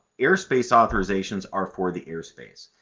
airspace authorizations are for the airspace.